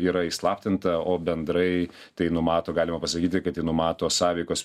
yra įslaptinta o bendrai tai numato galima pasakyti kad ji numato sąveikos